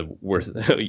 worth